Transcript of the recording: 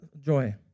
joy